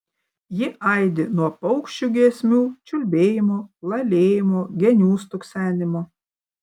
ji aidi nuo paukščių giesmių čiulbėjimo lalėjimo genių stuksenimo